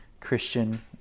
Christian